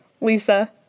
Lisa